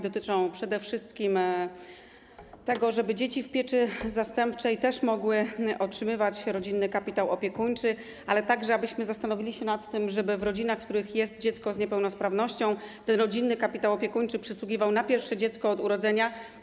Dotyczą one przede wszystkim tego, żeby dzieci w pieczy zastępczej też mogły otrzymywać rodzinny kapitał opiekuńczy, ale także abyśmy zastanowili się nad tym, żeby w rodzinach, w których jest dziecko z niepełnosprawnością, ten rodzinny kapitał opiekuńczy przysługiwał na pierwsze dziecko od urodzenia.